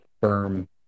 firm